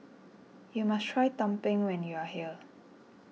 you must try Tumpeng when you are here